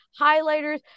highlighters